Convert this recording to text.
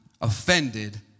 offended